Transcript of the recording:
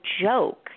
joke